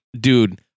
dude